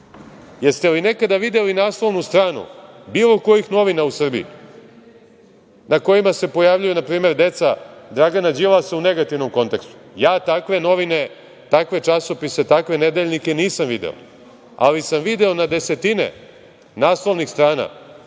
Jeste li nekada videli naslovnu stranu bilo kojih novina u Srbiji na kojima se pojavljuju, na primer, deca Dragana Đilasa u negativnom kontekstu? Ja takve novine, takve časopise, takve nedeljnike nisam video. Ali sam video na desetine naslovnih strana